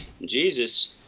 Jesus